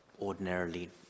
ordinarily